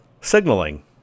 signaling